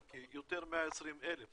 זה יותר מ-120,000,